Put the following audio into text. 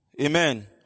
Amen